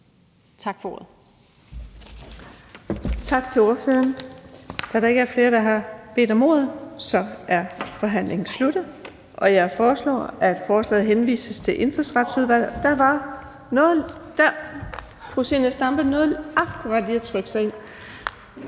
Tak for ordet.